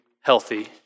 healthy